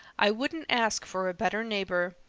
i wouldn't ask for a better neighbor.